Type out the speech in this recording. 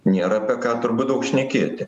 niera apie ką turbūt daug šnekėti